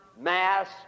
mass